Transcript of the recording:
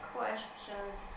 questions